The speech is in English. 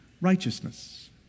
righteousness